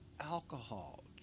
alcohol